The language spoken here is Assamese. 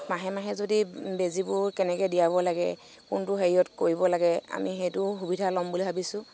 মাহে মাহে যদি বেজীবোৰ কেনেকৈ দিয়াব লাগে কোনটো হেৰিয়ত কৰিব লাগে আমি সেইটো সুবিধা ল'ম বুলি ভাবিছো